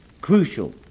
Crucial